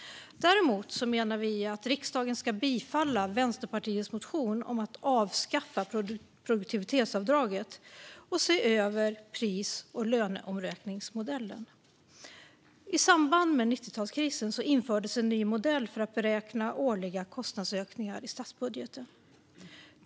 Däremot menar vi att riksdagen ska bifalla Vänsterpartiets motion om att avskaffa produktivitetsavdraget och se över pris och löneomräkningsmodellen. I samband med 90-talskrisen infördes en ny modell för att beräkna årliga kostnadsökningar i statsbudgeten.